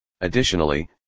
Additionally